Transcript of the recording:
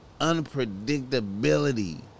unpredictability